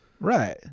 Right